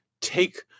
take